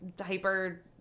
Hyper